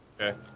Okay